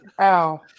Ow